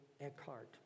Eckhart